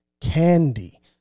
candy